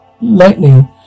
lightning